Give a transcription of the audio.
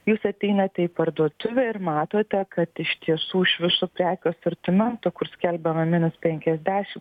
jūs ateinate į parduotuvę ir matote kad iš tiesų iš viso prekių asortimento kur skelbiama minus penkiasdešim